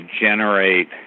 generate